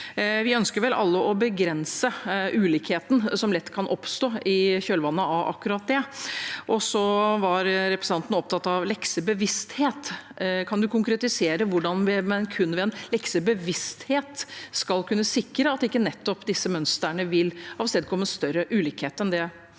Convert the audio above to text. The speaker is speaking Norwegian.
Vi ønsker vel alle å begrense ulikheten som lett kan oppstå i kjølvannet av akkurat det. Representanten var opptatt av leksebevissthet. Kan han konkretisere hvordan en kun ved en leksebevissthet skal kunne sikre at disse mønstrene ikke vil avstedkomme større ulikhet enn det